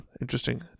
interesting